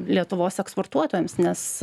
lietuvos eksportuotojams nes